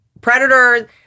Predator